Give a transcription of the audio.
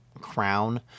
crown